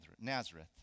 Nazareth